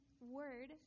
word